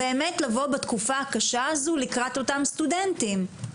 לבוא בתקופה הקשה הזאת לקראת אותם סטודנטים,